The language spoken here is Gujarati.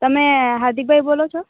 તમે હાર્દિકભાઈ બોલો છો